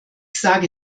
sage